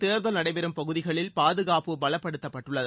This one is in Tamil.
தேர்தல் நடைபெறும் பகுதிகளில் பாதுகாப்பு பலப்படுத்தப்பட்டுள்ளது